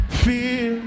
feel